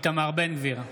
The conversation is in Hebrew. איתמר בן גביר,